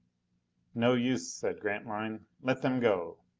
no use, said grantline. let them go.